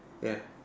ya